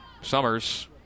Summers